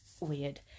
weird